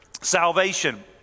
salvation